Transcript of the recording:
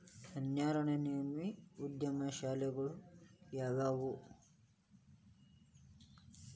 ಹನ್ನೆರ್ಡ್ನನಮ್ನಿ ಉದ್ಯಮಶೇಲತೆಗಳು ಯಾವ್ಯಾವು